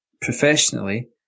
professionally